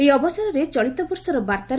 ଏହି ଅବସରରେ ଚଳିତବର୍ଷର ବାର୍ତ୍ର